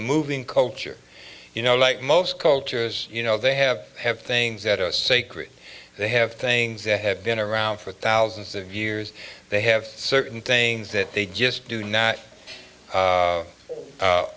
moving culture you know like most cultures you know they have have things that are sacred they have things that have been around for thousands of years they have certain things that they just do not